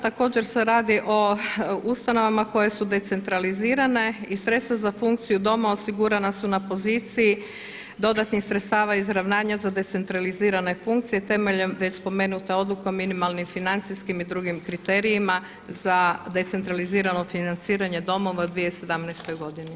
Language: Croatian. Također se radi o ustanovama koje su decentralizirane i sredstva za funkciju doma osigurana su na poziciji dodatnih sredstava izravnanja za decentralizirane funkcije temeljem već spomenute odluke o minimalnim financijskim i drugim kriterijima za decentralizirano financiranje domova u 2017. godini.